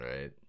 right